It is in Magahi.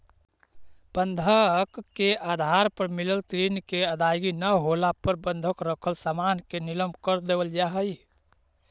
बंधक के आधार पर मिलल ऋण के अदायगी न होला पर बंधक रखल सामान के नीलम कर देवल जा हई